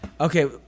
Okay